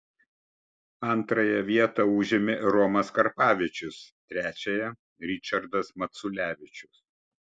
antrąją vietą užėmė romas karpavičius trečiąją ričardas maculevičius